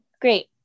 great